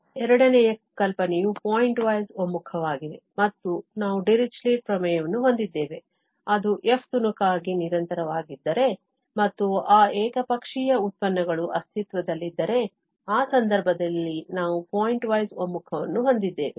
ಎರಡನೆಯ ಕಲ್ಪನೆಯು ಪಾಯಿಂಟ್ವೈಸ್ ಒಮ್ಮುಖವಾಗಿದೆ ಮತ್ತು ನಾವು ಡಿರಿಚ್ಲೆಟ್ ಪ್ರಮೇಯವನ್ನು ಹೊಂದಿದ್ದೇವೆ ಅದು f ತುಣುಕಾಗಿ ನಿರಂತರವಾಗಿದ್ದರೆ ಮತ್ತು ಆ ಏಕಪಕ್ಷೀಯ ಉತ್ಪನ್ನಗಳು ಅಸ್ತಿತ್ವದಲ್ಲಿದ್ದರೆ ಆ ಸಂದರ್ಭದಲ್ಲಿ ನಾವು ಪಾಯಿಂಟ್ವೈಸ್ ಒಮ್ಮುಖವನ್ನು ಹೊಂದಿದ್ದೇವೆ